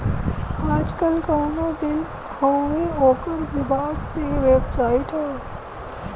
आजकल कउनो बिल हउवे ओकर विभाग के बेबसाइट हौ